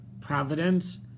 providence